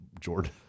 Jordan